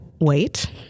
Wait